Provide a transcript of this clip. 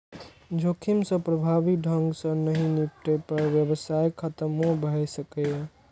जोखिम सं प्रभावी ढंग सं नहि निपटै पर व्यवसाय खतमो भए सकैए